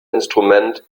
instrument